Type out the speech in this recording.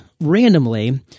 randomly